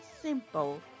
simple